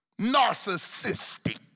Narcissistic